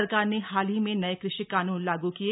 सरकार ने हाल ही में नये कृषि कानून लागू किए